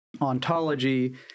ontology